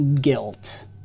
guilt